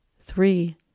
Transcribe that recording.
three